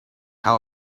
how